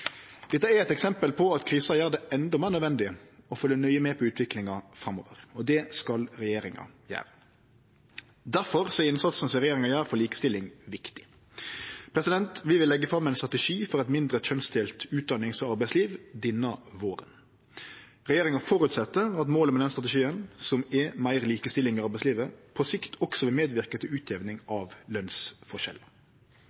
Dette er eit eksempel på at krisa gjer det endå meir nødvendig å følgje nøye med på utviklinga framover, og det skal regjeringa gjere. Difor er innsatsen regjeringa gjer for likestilling, viktig. Vi vil leggje fram ein strategi for eit mindre kjønnsdelt utdannings- og arbeidsliv denne våren. Regjeringa føreset at målet med strategien, som er meir likestilling i arbeidslivet, på sikt også vil medverke til